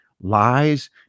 Lies